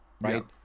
right